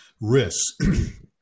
risks